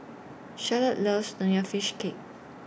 Charlotte loves Nonya Fish Cake